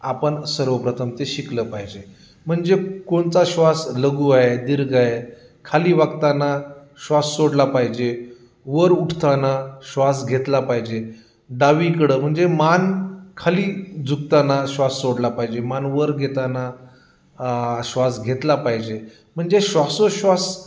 आपण सर्वप्रथम ते शिकलं पाहिजे म्हणजे कोणचा श्वास लघु आहे दीर्घ आहे खाली वाकताना श्वास सोडला पाहिजे वर उठताना श्वास घेतला पाहिजे डावीकडं म्हणजे मान खाली झुकताना श्वास सोडला पाहिजे मान वर घेताना श्वास घेतला पाहिजे म्हणजे श्वासोच्छ्वास